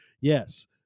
Yes